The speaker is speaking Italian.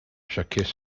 jacques